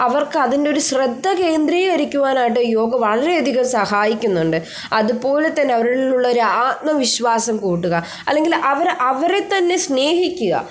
അവർക്ക് അതിൻ്റെ ഒരു ശ്രദ്ധ കേന്ദ്രീകരിക്കുവാനായിട്ട് യോഗ വളരെ അധികം സഹായിക്കുന്നുണ്ട് അതുപോലെത്തന്നെ അവരിലുള്ള ഒരു ആത്മവിശ്വാസം കൂട്ടുക അല്ലെങ്കിൽ അവർ അവരെത്തന്നെ സ്നേഹിക്കുക